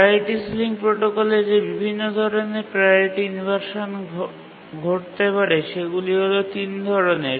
priority ceiling প্রোটোকলে যে বিভিন্ন ধরণের প্রাওরিটি ইনভারশান ঘটতে পারে সেগুলি হল তিন ধরণের